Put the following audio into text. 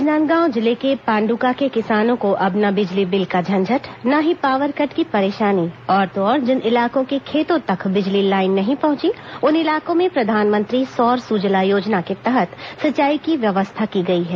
राजनादगांव जिले के पांडुका के किसानो को अब न बिजली बिल का झंझट न ही पावर कट की परेशानी और तो और जिन इलाकों के खेतो तक बिजली लाइन नहीं पहुंची उन इलाकों में प्रधानमंत्री सौर सुजला योजना के तहत सिंचाई की व्यवस्था गई है